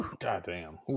goddamn